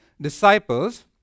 disciples